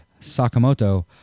Sakamoto